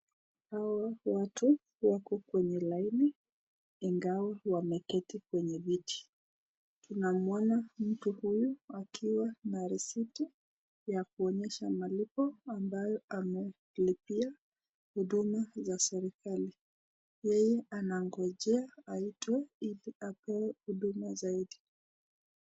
Hawa watu wako kwenye laini ingawa wameketi kwenye viti, tunamwona mtu huyu akiwa na risiti ya kuonyesha malipo ambayo amelipia huduma za serikali. Yeye anangojea aitwe ili apewe huduma zaidi.